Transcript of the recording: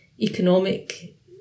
Economic